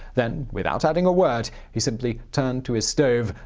then, without adding a word, he simply turned to his stove,